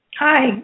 Hi